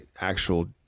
actual